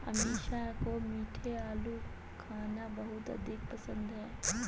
अमीषा को मीठे आलू खाना बहुत अधिक पसंद है